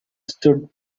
stood